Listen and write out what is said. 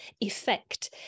effect